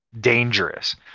dangerous